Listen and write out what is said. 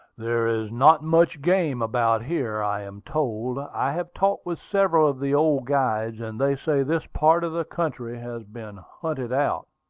there is not much game about here, i am told. i have talked with several of the old guides, and they say this part of the country has been hunted out,